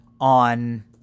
on